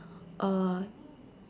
uh